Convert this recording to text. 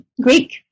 Greek